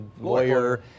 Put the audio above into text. lawyer